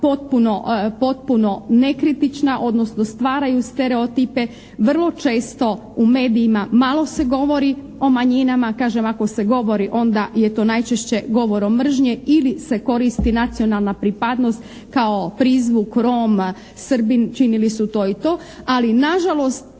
potpuno nekritična odnosno stvaraju stereotipe, vrlo često u medijima malo se govori o manjinama. Kažem, ako se govori onda je to najčešće govorom mržnje ili se koristi nacionalna pripadnost kao prizvuk Rom, Srbin činili su to i to. Ali nažalost,